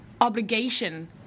obligation